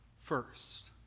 first